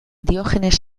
diogenes